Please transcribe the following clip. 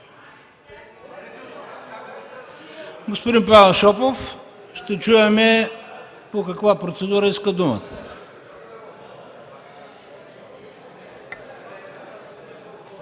Господин Павел Шопов, ще чуем по каква процедура иска думата.